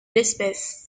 l’espèce